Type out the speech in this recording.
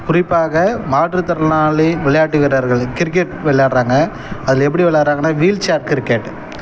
குறிப்பாக மாற்றுத்திறனாளி விளையாட்டு வீரர்கள் கிரிக்கெட் விளாடுறாங்க அதில் எப்படி விளாட்றாங்கன்னா வீல் சேர் கிரிக்கெட்